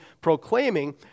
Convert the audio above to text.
proclaiming